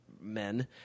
men